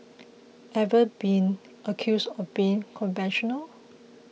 ever been accused of being conventional